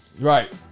Right